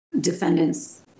Defendants